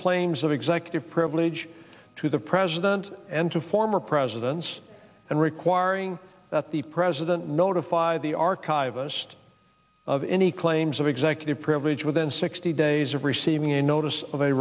claims of executive privilege to the president and to former presidents and requiring that the president notify the archivist of any claims of executive privilege within sixty days of receiving a notice